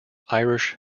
irish